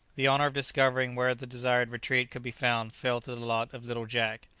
the honour of discovering where the desired retreat could be found fell to the lot of little jack.